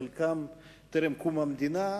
חלקם טרם קום המדינה,